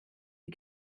die